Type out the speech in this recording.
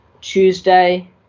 Tuesday